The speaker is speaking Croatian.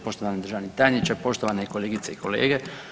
Poštovani državni tajniče, poštovane kolegice i kolege.